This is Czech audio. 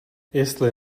jestli